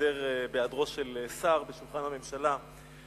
בהיעדרו של שר בשולחן הממשלה,